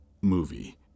movie